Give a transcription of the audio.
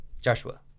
Joshua